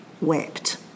wept